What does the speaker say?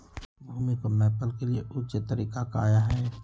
भूमि को मैपल के लिए ऊंचे तरीका काया है?